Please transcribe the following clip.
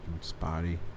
spotty